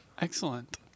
Excellent